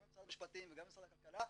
גם משרד המשפטים וגם משרד הכלכלה,